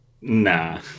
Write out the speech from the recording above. Nah